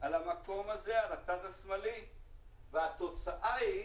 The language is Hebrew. על המקום הזה, על הצד השמאלי והתוצאה היא